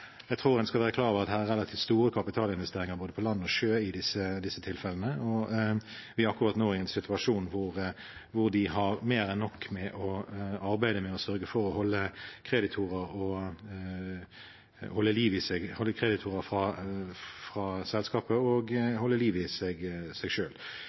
Jeg tror en skal være klar over at det er relativt store kapitalinvesteringer på både land og sjø i disse tilfellene, og vi er akkurat nå i en situasjon hvor de har mer enn nok med arbeidet med å sørge for å holde kreditorer unna selskapet og å holde liv i seg